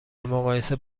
مقایسه